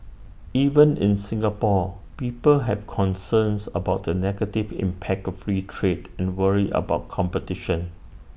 even in Singapore people have concerns about the negative impact of free trade and worry about competition